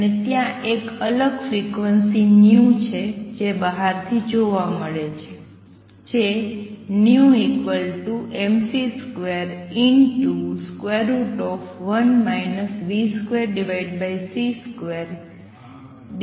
અને ત્યાં એક અલગ ફ્રિક્વન્સી છે જે બહારથી જોવા મળે છે જે v mc21 v2c2h છે